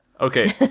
Okay